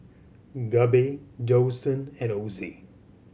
Gabe Dawson and Ozzie